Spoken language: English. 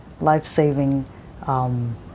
life-saving